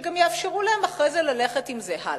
שיאפשרו להם אחרי זה ללכת עם זה הלאה.